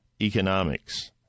economics